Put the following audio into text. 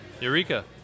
Eureka